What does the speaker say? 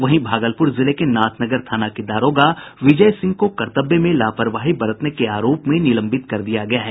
वहीं भागलपुर जिले के नाथनगर थाना के दारोगा विजय सिंह को कर्तव्य में लापरवाही बरतने के आरोप में निलंबित कर दिया गया है